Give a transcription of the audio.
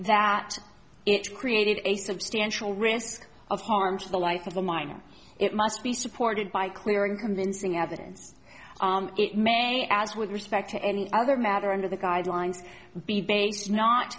that it created a substantial risk of harm to the life of a minor it must be supported by clear and convincing evidence it may as with respect to any other matter under the guidelines be based not